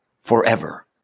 forever